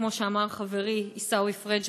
כמו שאמר חברי עיסאווי פריג',